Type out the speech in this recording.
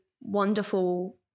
wonderful